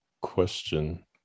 question